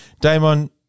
Damon